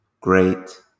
great